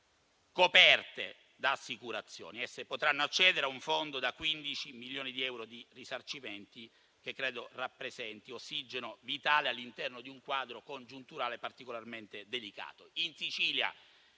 coperte da assicurazioni. Esse potranno accedere a un fondo da 15 milioni di euro di risarcimenti che credo rappresenti ossigeno vitale all'interno di un quadro congiunturale particolarmente delicato.